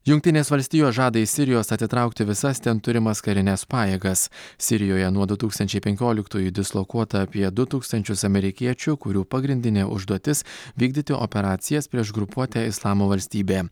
jungtinės valstijos žada iš sirijos atitraukti visas ten turimas karines pajėgas sirijoje nuo du tūkstančiai penkioliktųjų dislokuota apie du tūkstančius amerikiečių kurių pagrindinė užduotis vykdyti operacijas prieš grupuotę islamo valstybė